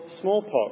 smallpox